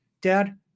Dad